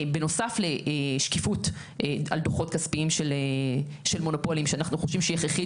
בנוסף לשקיפות על דוחות כספיים של מונופולים שאנחנו חושבים שהיא הכרחית.